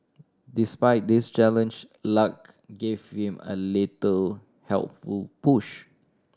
despite this challenge luck gave him a little helpful push